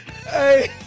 Hey